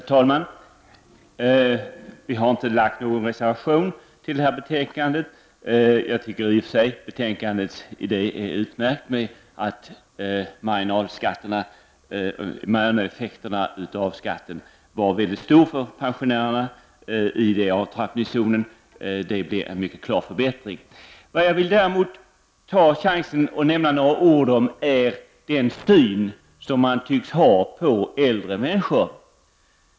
Herr talman! Vi har inte fogat någon reservation till detta betänkande. Jag tycker i och för sig att betänkandets idé är utmärkt. Marginalskatteeffekterna var mycket stora för pensionärerna i avtrappningszonen. Det blir nu en mycket klar förbättring. Jag vill däremot ta chansen att nämna några ord om den syn man tycks ha på äldre människor.